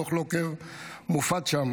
דוח לוקר מופץ שם.